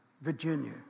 Virginia